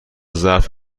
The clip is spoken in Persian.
ظرف